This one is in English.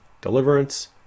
deliverance